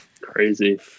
Crazy